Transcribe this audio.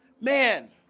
Man